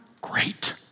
great